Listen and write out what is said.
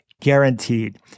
guaranteed